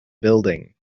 building